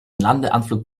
landeanflug